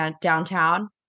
downtown